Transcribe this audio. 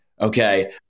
Okay